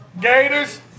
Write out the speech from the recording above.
Gators